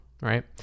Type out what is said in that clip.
right